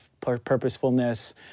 purposefulness